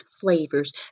flavors